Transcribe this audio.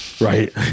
right